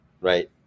right